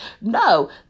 No